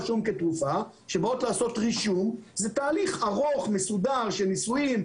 זה תהליך ארוך, מסודר של ניסויים,